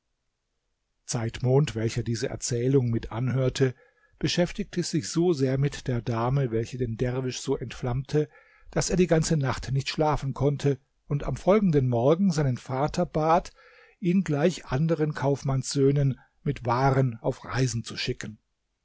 zeitmond welcher diese erzählung mit anhörte beschäftigte sich so sehr mit der dame welche den derwisch so entflammte daß er die ganze nacht nicht schlafen konnte und am folgenden morgen seinen vater bat ihn gleich anderen kaufmannssöhnen mit waren auf reisen zu schicken